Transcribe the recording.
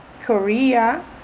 Korea